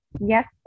yes